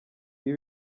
ibi